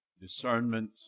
discernment